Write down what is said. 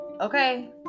okay